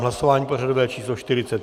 Hlasování pořadové číslo 45.